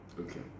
Okay